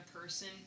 person